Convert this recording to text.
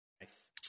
Nice